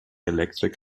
elektrik